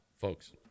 Folks